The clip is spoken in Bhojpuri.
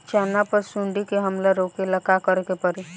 चना पर सुंडी के हमला रोके ला का करे के परी?